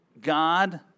God